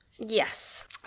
Yes